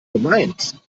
gemeint